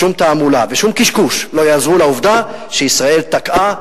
ושום תעמולה ושום קשקוש לא יעזרו לעובדה שישראל תקעה,